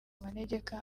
manegeka